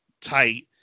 tight